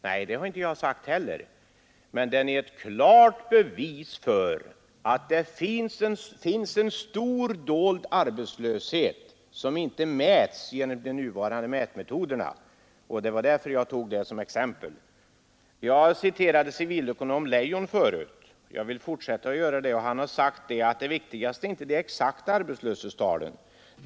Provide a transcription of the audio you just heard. Nej, det har jag inte sagt heller, men den är ett klart bevis för att det finns en stor dold arbetslöshet som inte mäts med de nuvarande mätmetoderna. Det var därför jag nämnde det som ett exempel. Jag citerade civilekonom Leijon, och jag vill fortsätta att göra det. Han har sagt att det viktigaste är inte det exakta arbetslöshetstalet.